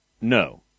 No